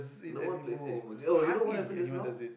no one plays it anymore oh you know what happened just now